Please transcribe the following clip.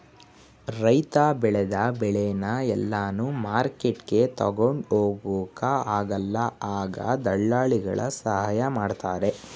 ರೈತ ಬೆಳೆದ ಬೆಳೆನ ಎಲ್ಲಾನು ಮಾರ್ಕೆಟ್ಗೆ ತಗೊಂಡ್ ಹೋಗೊಕ ಆಗಲ್ಲ ಆಗ ದಳ್ಳಾಲಿಗಳ ಸಹಾಯ ಮಾಡ್ತಾರೆ